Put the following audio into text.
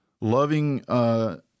Loving